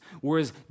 Whereas